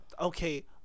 Okay